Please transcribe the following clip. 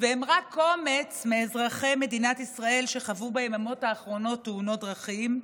והם רק קומץ מאזרחי מדינת ישראל שחוו ביממות האחרונות תאונות דרכים,